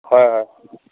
হয় হয়